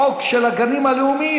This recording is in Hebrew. החוק של הגנים הלאומיים,